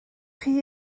chi